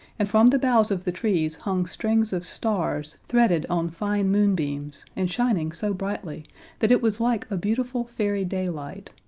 and from the boughs of the trees hung strings of stars threaded on fine moonbeams, and shining so brightly that it was like a beautiful fairy daylight.